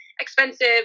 expensive